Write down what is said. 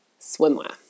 swimwear